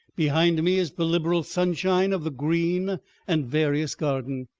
behind me is the liberal sunshine of the green and various garden.